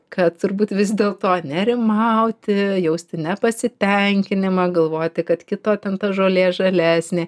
kad turbūt vis dėl to nerimauti jausti nepasitenkinimą galvoti kad kito ten ta žolė žalesnė